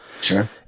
Sure